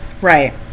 right